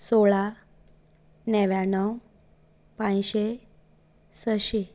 सोळा णव्याणव पांचशें सशीं